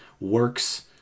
works